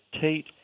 Tate